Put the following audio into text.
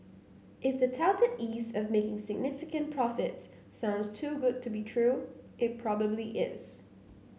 if the touted ease of making significant profits sounds too good to be true it probably is